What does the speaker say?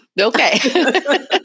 Okay